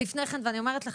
אני אומרת לך,